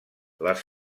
les